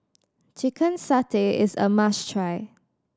chicken satay is a must try